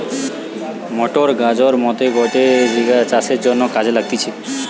motor গাড়ির মত গটে জিনিস চাষের জন্যে কাজে লাগতিছে